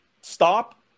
stop